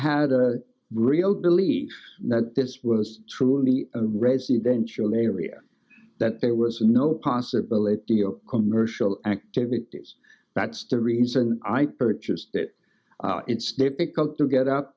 had a real belief that this was truly a residential area that there was no possibility of commercial activities that's the reason i purchased that it's difficult to get up